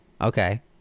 Okay